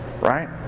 Right